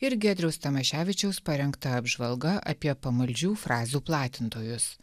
ir giedriaus tamoševičiaus parengta apžvalga apie pamaldžių frazių platintojus